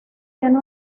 tiene